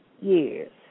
years